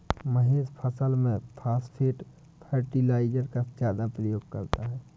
महेश फसल में phosphate fertiliser का ज्यादा प्रयोग करता है